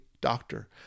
doctor